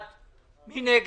אתם רוצים, תגישו תיקון לחוק.